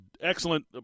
excellent